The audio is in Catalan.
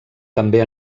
també